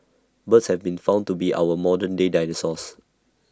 birds have been found to be our modern day dinosaurs